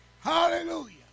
Hallelujah